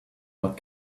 what